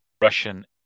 Russian